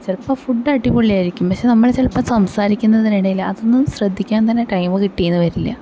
ചിലപ്പോൾ ഫുഡ് അടിപൊളിയായിരിക്കും പക്ഷെ നമ്മള് ചിലപ്പോൾ സംസാരിക്കുന്നതിനിടയില് അതൊന്നും ശ്രദ്ധിക്കാന് തന്നെ ടൈമ് കിട്ടിയെന്ന് വരില്ല